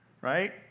Right